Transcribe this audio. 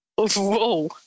Whoa